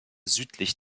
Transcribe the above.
südlich